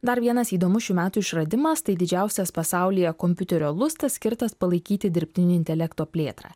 dar vienas įdomus šių metų išradimas tai didžiausias pasaulyje kompiuterio lustas skirtas palaikyti dirbtinio intelekto plėtrą